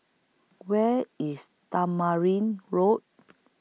Where IS Tamarind Road